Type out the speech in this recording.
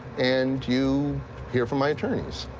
and you hear from my attorneys.